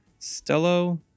Stello